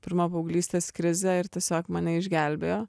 pirma paauglystės krizė ir tiesiog mane išgelbėjo